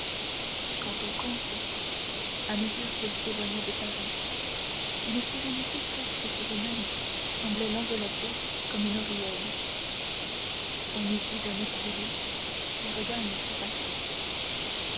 quant au comte à mesure qu'il s'éloignait de paris une sérénité presque surhumaine semblait l'envelopper comme une auréole on eût dit d'un exilé qui regagne sa patrie